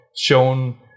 shown